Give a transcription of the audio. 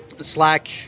Slack